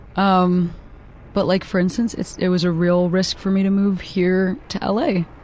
um but like, for instance, it it was a real risk for me to move here to l. a,